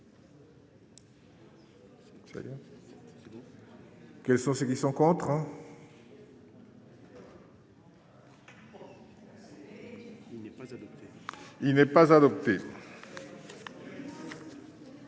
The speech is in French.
Quels sont ceux qui sont contre. Il n'est pas adopté.